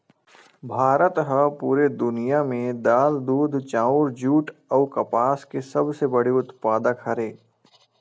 भारत हा पूरा दुनिया में दाल, दूध, चाउर, जुट अउ कपास के सबसे बड़े उत्पादक हरे